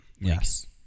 yes